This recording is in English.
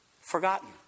Forgotten